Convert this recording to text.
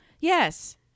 yes